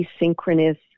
asynchronous